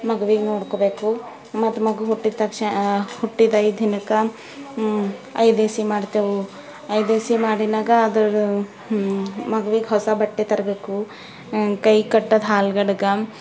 ಮಗುವಿಗೆ ನೋಡ್ಕೋಬೇಕು ಮತ್ತು ಮಗು ಹುಟ್ಟಿದ ತಕ್ಷಣ ಹುಟ್ಟಿದ ಐದು ದಿನಕ್ಕೆ ಐದೇಸಿ ಮಾಡ್ತೇವೆ ಐದೇಸಿ ಮಾಡಿದಾಗ ಅದರ ಮಗುವಿಗೆ ಹೊಸ ಬಟ್ಟೆ ತರಬೇಕು ಕೈ ಕಟ್ಟಿದ್ದು ಹಾಲ್ಗಡಗ